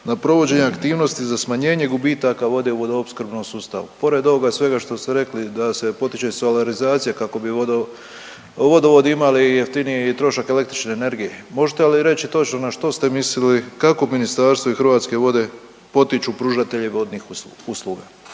na provođenje aktivnosti za smanjenje gubitaka vode u vodoopskrbnom sustavu. Pored ovoga svega što ste rekli da se potiče solarizacija kako bi vodovod imali i jeftiniji trošak električne energije. Možete li reći točno na što ste mislili kako ministarstvo i Hrvatske vode potiču pružatelje vodnih usluga?